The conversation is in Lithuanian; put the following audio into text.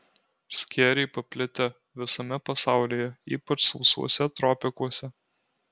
skėriai paplitę visame pasaulyje ypač sausuose tropikuose